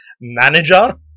manager